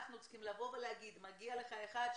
אנחנו צריכים לבוא ולהגיד: מגיע לך אחת,